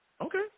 Okay